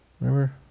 Remember